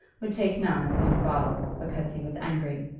would take none of the new bottle, because he was angry.